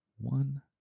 one